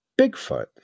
Bigfoot